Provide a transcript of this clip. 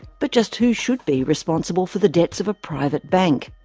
but just who should be responsible for the debts of a private bank?